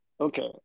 okay